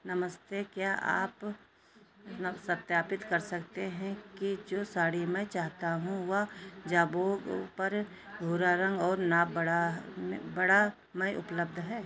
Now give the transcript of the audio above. नमस्ते क्या आप सत्यापित कर सकते हैं कि जो साड़ी मैं चाहता हूँ वह जाबोगो पर भूरा रंग और नाप बड़ा में बड़े में उपलब्ध है